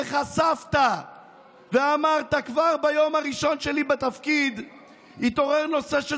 וחשפת ואמרת: כבר ביום הראשון שלי בתפקיד התעורר הנושא של